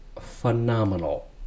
phenomenal